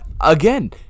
Again